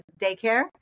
daycare